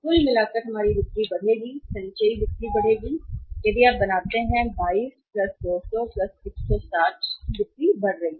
कुल मिलाकर हमारी बिक्री बढ़ेगी संचयी बिक्री यदि आप बनाते हैं कि 22 200 160 बिक्री बढ़ रही है